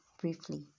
briefly